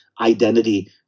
identity